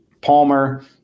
Palmer